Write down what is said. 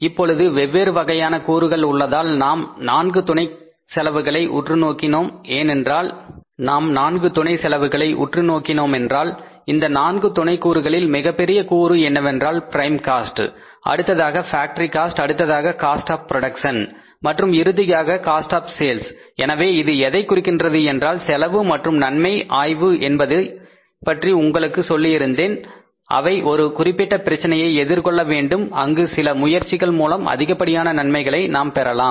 இப்பொழுது வெவ்வேறு வகையான கூறுகள் உள்ளதால் நாம் 4 துணை செலவுகளை உற்று நோக்கினோம் என்றால் இந்த நான்கு துணைக்கூறுகளில் மிகப்பெரிய கூறு என்னவென்றால் ப்ரைம் காஸ்ட் அடுத்ததாக ஃபேக்டரி காஸ்ட் அடுத்ததாக காஸ்ட் ஆப் புரோடக்சன் மற்றும் இறுதியாக காஸ்ட் ஆப் சேல்ஸ் எனவே இது எதைக் குறிக்கின்றது என்றால் செலவு மற்றும் நன்மை ஆய்வு என்பதை பற்றி உங்களுக்கு சொல்லியிருந்தேன் அவை ஒரு குறிப்பிட்ட பிரச்சனையை எதிர்கொள்ள வேண்டும் அங்கு சில முயற்சிகள் மூலம் அதிகப்படியான நன்மைகளை நாம் பெறலாம்